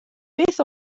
beth